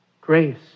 grace